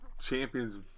champions